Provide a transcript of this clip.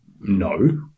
no